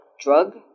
drug